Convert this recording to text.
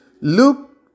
Luke